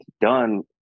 done